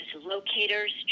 locators